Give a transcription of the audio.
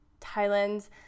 Thailand